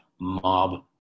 mob